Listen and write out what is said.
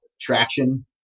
Traction